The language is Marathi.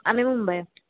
आम्ही मुंबई